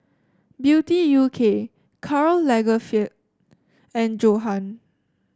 Beauty U K Karl Lagerfeld and Johan